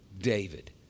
David